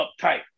uptight